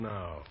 now